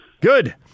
Good